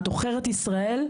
מה את עוכרת ישראל?